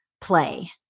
play